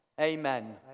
Amen